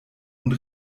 und